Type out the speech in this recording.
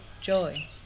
joy